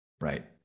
Right